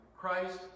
christ